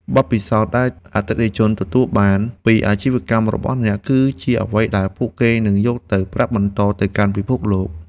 បទពិសោធន៍ដែលអតិថិជនទទួលបានពីអាជីវកម្មរបស់អ្នក គឺជាអ្វីដែលពួកគេនឹងយកទៅប្រាប់បន្តទៅកាន់ពិភពលោក។